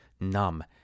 numb